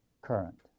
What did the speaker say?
current